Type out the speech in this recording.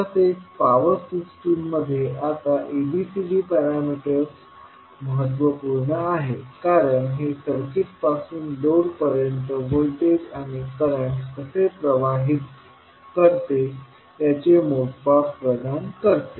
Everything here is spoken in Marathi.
तसेच पॉवर सिस्टम मध्ये आता ABCD पॅरामीटर महत्त्वपूर्ण आहे कारण हे सर्किट सोर्सपासून लोड पर्यंत व्होल्टेज आणि करंट कसे प्रवाहित करते त्याचे मोजमाप प्रदान करते